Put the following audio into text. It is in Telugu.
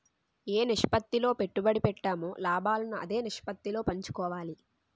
ఏ నిష్పత్తిలో పెట్టుబడి పెట్టామో లాభాలను అదే నిష్పత్తిలో పంచుకోవాలి